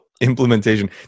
implementation